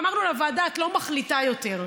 ואמרנו לוועדה: את לא מחליטה יותר.